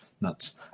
nuts